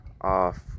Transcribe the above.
off